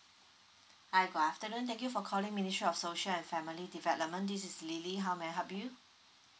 hi good afternoon thank you for calling ministry of social and family development this is lily how may I help you